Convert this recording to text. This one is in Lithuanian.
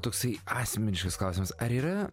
toksai asmeniškas klausimas ar yra